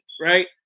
Right